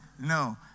no